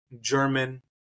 German